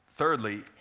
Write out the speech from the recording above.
Thirdly